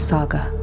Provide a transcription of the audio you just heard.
Saga